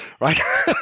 right